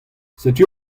setu